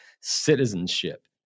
citizenship